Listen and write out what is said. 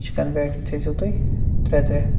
chicken پیٹی تھٔےزیو تُہۍ ترٛےٚ ترٛےٚ